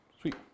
Sweet